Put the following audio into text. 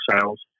sales